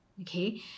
okay